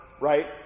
right